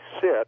sit